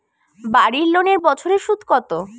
বাড়ি লোনের বছরে সুদ কত?